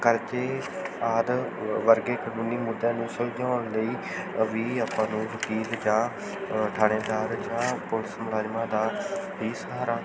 ਕਰਜ਼ੇ ਆਦਿ ਵਰਗੇ ਕਾਨੂੰਨੀ ਮੁੱਦਿਆਂ ਨੂੰ ਸੁਲਝਾਉਣ ਲਈ ਵੀ ਆਪਾਂ ਨੂੰ ਵਕੀਲ ਜਾਂ ਥਾਣੇਦਾਰ ਜਾਂ ਪੁਲਿਸ ਮੁਲਾਜ਼ਮਾਂ ਦਾ ਹੀ ਸਹਾਰਾ